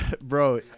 Bro